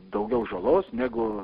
daugiau žalos negu